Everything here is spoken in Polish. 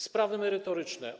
Sprawy merytoryczne.